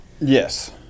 Yes